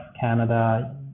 Canada